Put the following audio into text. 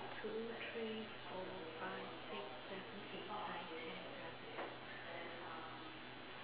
one two three four five six seven eight nine ten eleven twelve